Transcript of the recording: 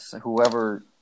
whoever